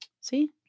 See